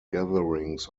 gatherings